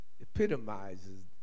epitomizes